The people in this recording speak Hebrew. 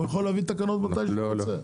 הוא יכול להביא תקנות מתי שהוא רוצה.